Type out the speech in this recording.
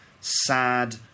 sad